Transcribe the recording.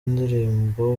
indirimbo